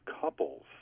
couples